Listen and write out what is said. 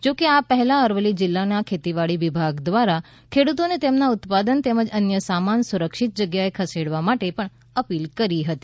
જોકે આ પહેલા અરવલ્લી જિલ્લા ખેતીવાડી વિભાગ દ્વારા ખેડૂતોને તેમના ઉત્પાદન તેમજ અન્ય સામાન સુરક્ષિત જગ્યાએ ખસેડવા માટે પણ અપીલ કરી હતી